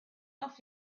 off